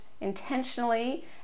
intentionally